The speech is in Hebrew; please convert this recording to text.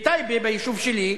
בטייבה, ביישוב שלי,